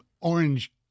orange